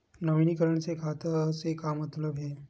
नवीनीकरण से खाता से का मतलब हे?